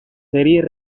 series